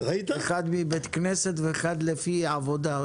אחד מבית הכנסת ואחד לפי עבודה.